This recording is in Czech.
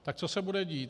Tak co se bude dít?